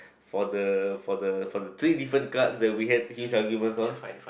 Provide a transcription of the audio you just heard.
for the for the for the three different cards that we had use arguments one